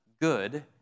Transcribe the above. good